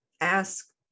ask